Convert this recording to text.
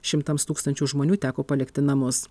šimtams tūkstančių žmonių teko palikti namus